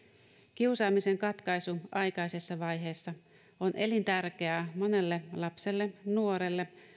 kiusaamisen katkaisu aikaisessa vaiheessa on elintärkeää monelle lapselle nuorelle